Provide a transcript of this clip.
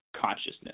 consciousness